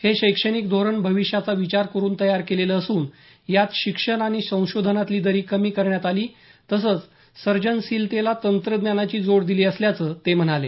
हे शैक्षणिक धोरण भविष्याचा विचार करुन तयार केलेलं असून यात शिक्षण आणि संशोधनातली दरी कमी करण्यात आली तसंच सर्जनशीलतेला तंत्रज्ञानाची जोड दिली असल्याचं ते म्हणाले